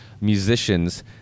musicians